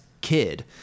kid